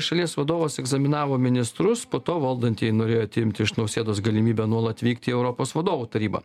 šalies vadovas egzaminavo ministrus po to valdantieji norėjo atimti iš nausėdos galimybę nuolat vykti į europos vadovų tarybą